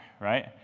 right